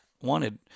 wanted